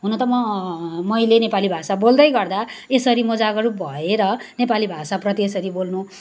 हुन त म मैले नेपाली भाषा बोल्दै गर्दा यसरी म जागरुक भएर नेपाली भाषाप्रति यसरी बोल्नु